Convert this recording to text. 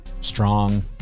Strong